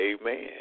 amen